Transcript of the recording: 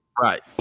Right